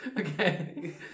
Okay